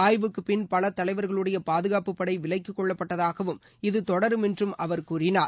ஆய்வுக்குப்பின் பல தலைவர்களுடைய பாதுகாப்புப்படை விலக்கிக்கொள்ளப்பட்டதாகவும் இது தொடரும் என்றும் அவர் கூறினார்